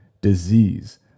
disease